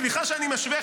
סליחה שאני משווה,